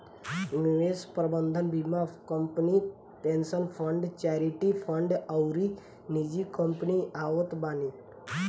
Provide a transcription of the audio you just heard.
निवेश प्रबंधन बीमा company, pension fund, charity fund अउरी निजी कंपनी आवत बानी